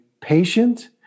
patient